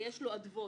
ויש לה אדוות.